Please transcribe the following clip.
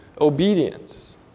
obedience